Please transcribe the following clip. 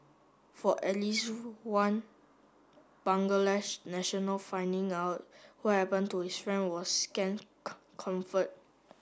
for at least one national finding out what happen to his friend was scant comfort